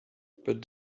but